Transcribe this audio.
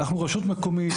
אנחנו רשות מקומית,